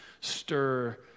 stir